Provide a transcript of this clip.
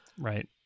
Right